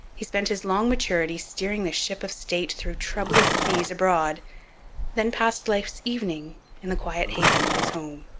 he spent his long maturity steering the ship of state through troublous seas abroad then passed life's evening in the quiet haven of his home.